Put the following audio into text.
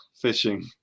fishing